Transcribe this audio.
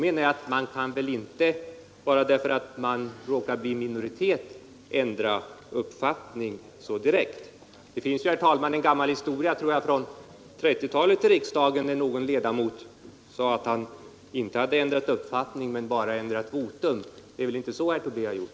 Man kan väl inte bara därför att man råkar bli i minoritet i en omröstning direkt ändra uppfattning. Det lär, herr talman, finnas en gammal historia från 1930-talet i riksdagen. Någon ledamot sade då att han inte ändrat uppfattning utan bara ändrat votum. Det är väl inte så herr Tobé har gjort?